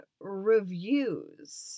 reviews